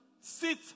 Sit